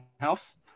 house